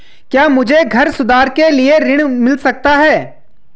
क्या मुझे घर सुधार के लिए ऋण मिल सकता है?